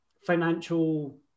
financial